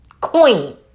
queen